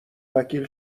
وکیل